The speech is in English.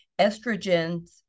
estrogens